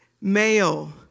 male